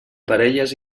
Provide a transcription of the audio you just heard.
parelles